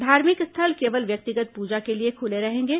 धार्मिक स्थल केवल व्यक्तिगत पूजा के लिए खुले रहेंगे